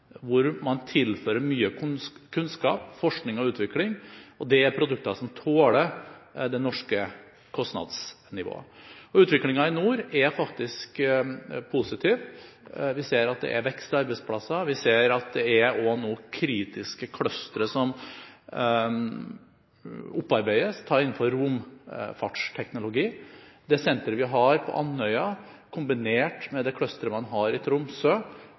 hvor man tilfører mye kunnskap, forskning og utvikling, og det er produkter som tåler det norske kostnadsnivået. Utviklingen i nord er faktisk positiv. Vi ser at det er vekst i arbeidsplasser. Vi ser også at det nå er kritiske clustere som opparbeides, f.eks. innenfor romfartsteknologi. Det senteret vi har på Andøya, kombinert med de clusterne man har i Tromsø